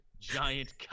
giant